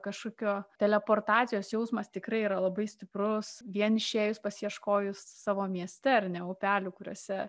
kažkokio teleportacijos jausmas tikrai yra labai stiprus vien išėjus pasiieškojus savo mieste ar ne upelių kuriuose